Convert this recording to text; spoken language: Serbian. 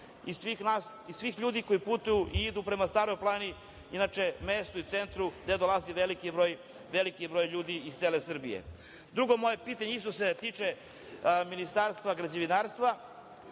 i svih ljudi koji putuju i idu prema Staroj planini, inače mestu i centru gde dolazi veliki broj ljudi iz cele Srbije. Drugo moje pitanje isto se tiče Ministarstva građevinarstva,